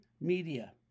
media